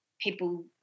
people